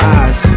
eyes